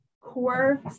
core